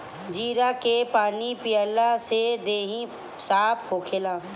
जीरा के पानी पियला से देहि साफ़ होखेला